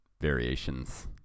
variations